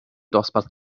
dosbarth